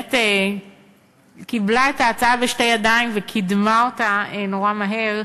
שבאמת קיבלה את ההצעה בשתי ידיים וקידמה אותה נורא מהר,